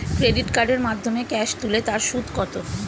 Credit কার্ডের মাধ্যমে cash তুলে তার সুদ কত?